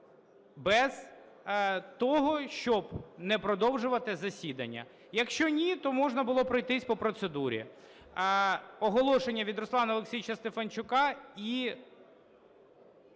без того, щоб не продовжувати засідання. Якщо ні, то можна було пройтись по процедурі. Оголошення від Руслана Олексійовича Стефанчука і...